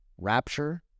rapture